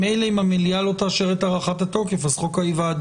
ממילא אם המליאה לא תאשר את הארכת התוקף אז חוק ההיוועדות,